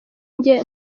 njye